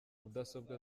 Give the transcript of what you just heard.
mudasobwa